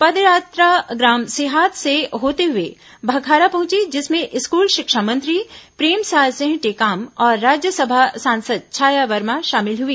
पदयात्रा ग्राम सिहाद से होते हुए भखारा पहुंची जिसमें स्कूल शिक्षा मंत्री प्रेमसाय सिंह टेकाम और राज्यसभा सांसद छाया वर्मा शामिल हुई